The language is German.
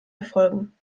erfolgen